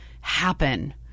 happen